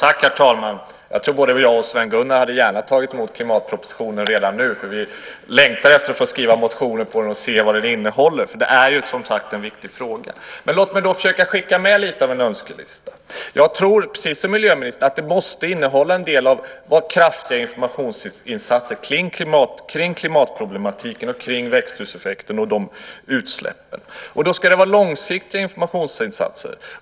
Herr talman! Jag tror att både jag och Sven Gunnar gärna hade tagit emot klimatpropositionen redan nu, för vi längtar efter att få skriva motioner och se vad den innehåller. Det är som sagt en viktig fråga. Låt mig skicka med lite av en önskelista. Jag tror, precis som miljöministern, att det måste innehålla en del kraftiga informationsinsatser kring klimatproblematiken, växthuseffekten och utsläppen. Då ska det vara långsiktiga informationsinsatser.